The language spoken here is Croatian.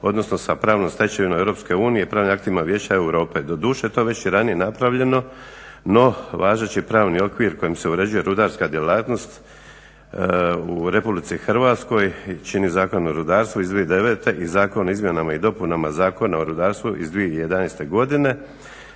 odnosno sa pravnom stečevinom EU i pravnim aktima Vijeća Europe, doduše to je već i ranije napravljeno no važeći pravni okvir kojim se uređuje rudarska djelatnost u RH čini Zakon o rudarstvu iz 2009.i Zakon o izmjenama i dopunama Zakona o rudarstvu iz 2011.te